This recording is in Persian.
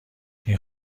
این